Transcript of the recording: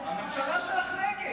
הממשלה שלך נגד,